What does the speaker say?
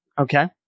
Okay